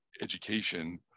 education